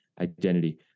identity